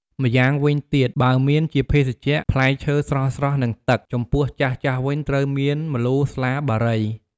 ម្យ៉ាងវិញទៀត បើមានជាភេសជ្ជៈ ផ្លែឈើស្រស់ៗ និងទឹក ចំពោះចាស់ៗវិញត្រូវមានម្លូស្លាបារី។